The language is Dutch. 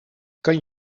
kan